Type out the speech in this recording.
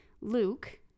Luke